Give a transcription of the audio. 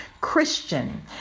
Christian